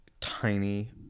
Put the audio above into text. tiny